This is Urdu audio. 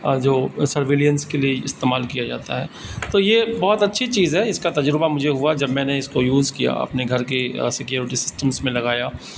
جو سرویلینس کے لیے استعمال کیا جاتا ہے تو یہ بہت اچھی چیز ہے اس کا تجربہ مجھے ہوا جب میں نے اس کو یوز کیا اپنے گھر کے سیکیورٹی سسٹمس میں لگایا